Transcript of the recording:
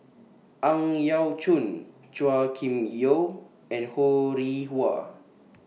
Ang Yau Choon Chua Kim Yeow and Ho Rih Hwa